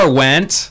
went